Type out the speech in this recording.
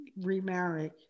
remarry